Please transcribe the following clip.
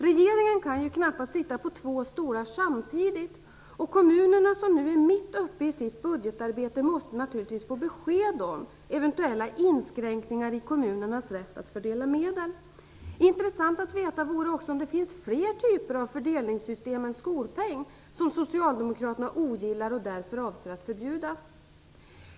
Regeringen kan ju knappast sitta på båda stolarna samtidigt, och kommunerna, som är mitt uppe i sitt budgetarbete, måste snarast få besked om eventuella inskränkningar i kommunernas rätt att fördela medel. Intressant att veta vore också om det finns fler typer av fördelningssystem än skolpeng som socialdemokraterna ogillar och därför avser att förbjuda.